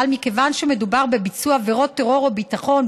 אבל מכיוון שבביצוע עבירות טרור וביטחון,